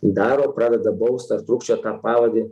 daro pradeda baust ar trūkčiot tą pavadį